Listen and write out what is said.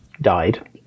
died